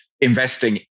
investing